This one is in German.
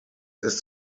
ist